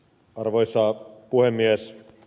arvoisa puhemies